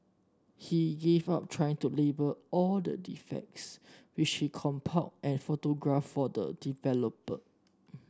he gave up trying to label all the defects which he compiled and photographed the developer